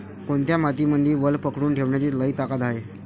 कोनत्या मातीमंदी वल पकडून ठेवण्याची लई ताकद हाये?